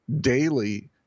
daily